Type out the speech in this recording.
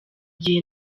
gihe